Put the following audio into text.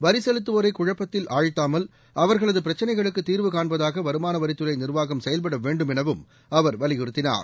வரி செலுத்துவோரை குழப்பத்தில் ஆழ்த்தாமல் அவர்களது பிரச்சினைகளுக்கு தீர்வு காண்பதாக வருமான வரித்துறை நிர்வாகம் செயல்படவேண்டும் எனவும் அவர் வலியுறுத்தினார்